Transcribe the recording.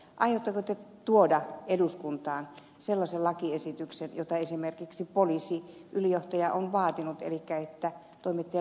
aiotteko te tuoda eduskuntaan sellaisen lakiesityksen jota esimerkiksi poliisiylijohtaja on vaatinut että toimittajien lähdesuojaa kiristetään